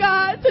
God